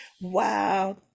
Wow